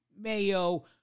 mayo